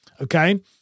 Okay